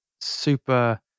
super